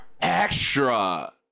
extra